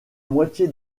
moitié